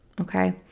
Okay